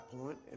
point